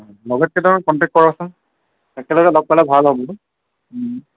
লগৰকিটাকো contact কৰাচোন একেলগে লগ পালে ভাল হয় বোলো